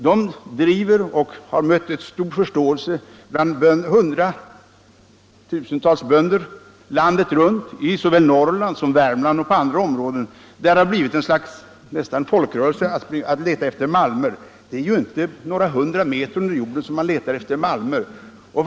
Den uppfattning denna myndighet driver har mött allmän förståelse bland hundratusentals bönder landet runt, t.ex. i Norrland, i Värmland och på andra håll där det nästan blivit en folkrörelse att leta efter malmer. Man letar ju inte efter malmer hundratals meter under jorden.